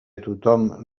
tothom